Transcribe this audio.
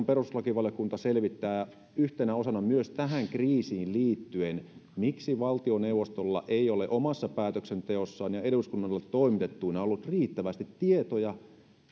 perustuslakivaliokunta selvittää yhtenä osana myös tähän kriisiin liittyen miksi valtioneuvostolla ei ole omassa päätöksenteossaan ja eduskunnalle toimitettuina ollut riittävästi tietoja